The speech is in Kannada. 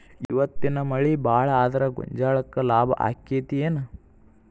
ಇವತ್ತಿನ ಮಳಿ ಭಾಳ ಆದರ ಗೊಂಜಾಳಕ್ಕ ಲಾಭ ಆಕ್ಕೆತಿ ಏನ್?